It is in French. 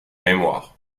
mémoires